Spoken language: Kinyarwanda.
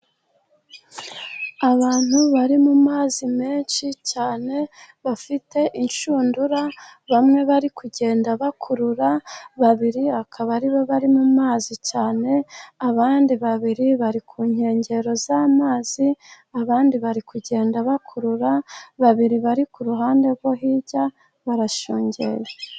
Abantu bari mu mazi menshi cyane bafite inshundura, bamwe bari kugenda bakurura babiri akaba aribo bari mu mazi cyane, abandi babiri bari ku nkengero z'amazi abandi bari kugenda bakurura, babiri bari ku ruhande rwo hirya barashungereye.